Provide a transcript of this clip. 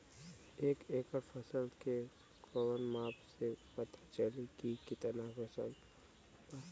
एक एकड़ फसल के कवन माप से पता चली की कितना फल बा?